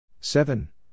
Seven